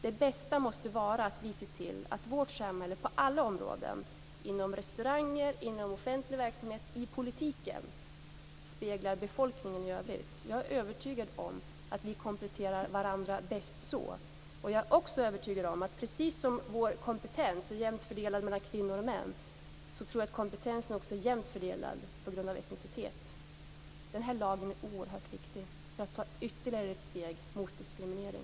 Det bästa måste vara att vi ser till att vårt samhälle på alla områden - inom restauranger, inom offentlig verksamhet och i politiken - speglar befolkningen i övrigt. Jag är övertygad om att vi kompletterar varandra bäst så. Precis som jag är övertygad om att vår kompetens är jämnt fördelad mellan kvinnor och män tror jag att kompetensen är jämnt fördelad utifrån etniciteten. Den här lagen är alltså oerhört viktig för att ta ytterligare ett steg mot diskriminering.